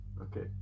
Okay